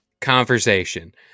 conversation